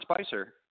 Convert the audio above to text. Spicer